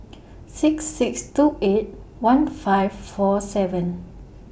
six six two eight one five four seven